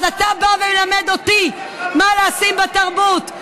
אז אתה בא ומלמד אותי מה לשים בתרבות?